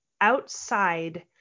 outside